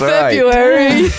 February